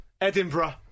Edinburgh